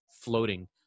floating